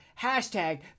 Hashtag